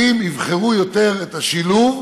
הורים יבחרו יותר את השילוב,